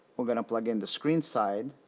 we're gonna plug in the screen side